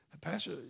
Pastor